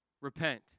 Repent